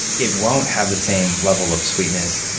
it won't have the same level of sweetness.